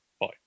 Bye